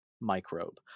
microbe